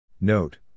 Note